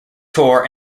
tour